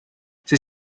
sei